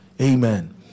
Amen